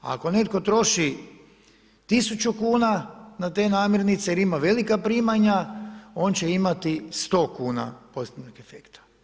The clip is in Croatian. Ako netko troši 1000 kuna na te namirnice jer ima velika primanja, on će imati 100 kuna pozitivnog efekta.